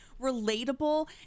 relatable